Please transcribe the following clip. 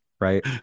right